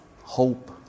hope